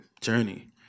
journey